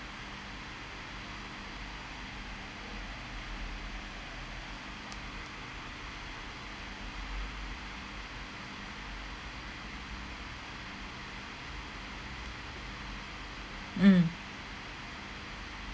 mm